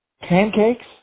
Pancakes